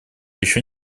еще